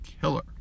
Killer